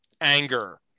anger